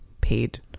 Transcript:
paid